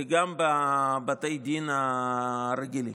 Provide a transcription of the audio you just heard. וגם בבתי הדין הרגילים.